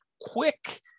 quick